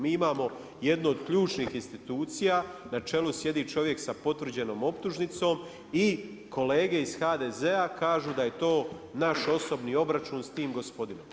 Mi imamo jednu od ključnih institucija na čelu sjedi čovjek s potvrđenom optužnicom i kolega iz HDZ-a kažu da je to naš osobni obračun s tim gospodinom.